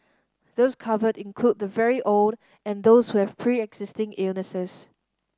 those covered include the very old and those who have preexisting illnesses